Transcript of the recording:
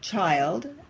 child,